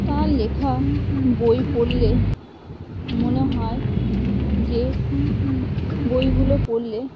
তার লেখা বই পড়লে মনে হয় যে বইগুলো পড়লে